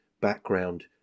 background